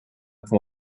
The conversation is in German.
kann